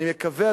אני מקווה,